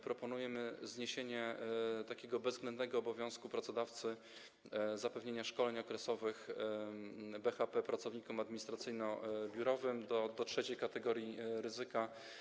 Proponujemy zniesienie bezwzględnego obowiązku pracodawcy zapewnienia szkoleń okresowych BHP pracownikom administracyjno-biurowym do III kategorii ryzyka.